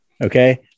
Okay